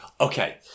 Okay